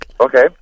Okay